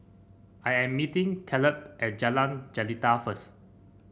I am meeting Kaleb at Jalan Jelita first